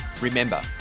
Remember